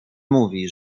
mówi